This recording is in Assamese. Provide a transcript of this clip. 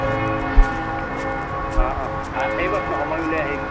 অঁ অঁ আহিব আপুনি সময় উলিয়াই আহিব